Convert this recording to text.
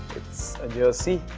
a jersey.